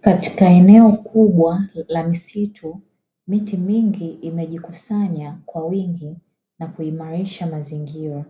Katika eneo kubwa la misitu miti mingi imejikusanya kwa wingi na kuimarisha mazingira.